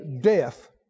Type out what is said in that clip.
death